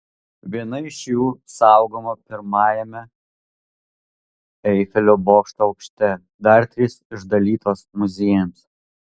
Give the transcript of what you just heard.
viena iš jų saugoma pirmajame eifelio bokšto aukšte dar trys išdalytos muziejams